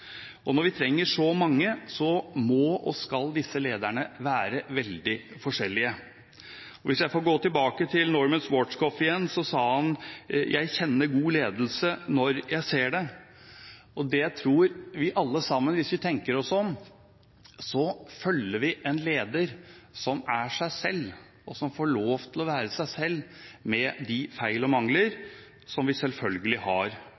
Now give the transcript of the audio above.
og når vi trenger så mange, så må og skal disse lederne være veldig forskjellige. Hvis jeg får gå tilbake til Norman Schwarzkopf igjen, sa han: Jeg kjenner god ledelse når jeg ser det. Og hvis vi tenker oss om, tror jeg vi alle sammen følger en leder som er seg selv, og som får lov til å være seg selv, med de feil og mangler som vi alle sammen selvfølgelig har.